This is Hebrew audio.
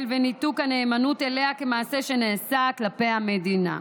וניתוק הנאמנות אליה כמעשה שנעשה כלפי המדינה,